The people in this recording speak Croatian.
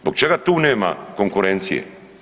Zbog čega tu nema konkurencije?